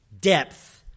Depth